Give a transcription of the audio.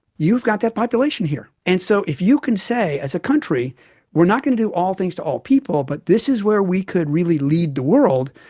you've got that population here. and so if you can say as a country we're not going to do all things to all people, but this is where we could really lead the world',